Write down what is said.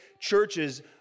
Churches